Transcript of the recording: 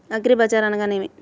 అగ్రిబజార్ అనగా నేమి?